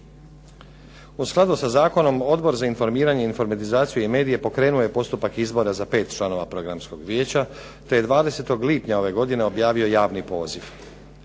U skladu sa zakonom Odbor za informiranje, informatizaciju i medije pokrenuo je postupak izbora za pet članova Programskog vijeća, te je 20. lipnja ove godine objavio javni poziv.